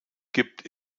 gibt